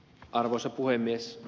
arvoisa puhemies